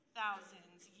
thousands